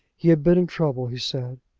he had been in trouble, he said,